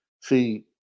see